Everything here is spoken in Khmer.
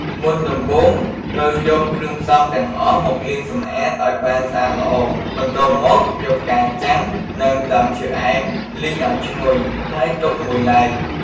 មុនដំបូងត្រូវយកគ្រឿងផ្សំទាំងអស់មកលាងសម្អាតឲ្យបានស្អាតល្អ បន្ទាប់មកយកផ្កាចាន់ និងដើមឈើអែម លីងឲ្យឈ្ងុយ ហើយទុកមួយឡែក។